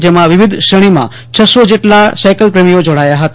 જમાં વિવિધ શ્રેણીમાં છસો જેટલા સાઈકલ પ્રેમીઓ જોડાયા હતા